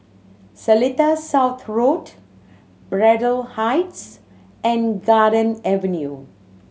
Seletar South Road Braddell Heights and Garden Avenue